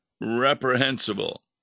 reprehensible